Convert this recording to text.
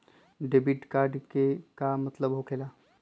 Debit card के का मतलब होकेला?